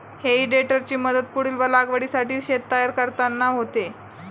हेई टेडरची मदत पुढील लागवडीसाठी शेत तयार करताना होते